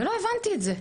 ולא הבנתי את זה.